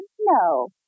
No